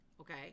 okay